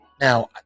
Now